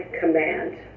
command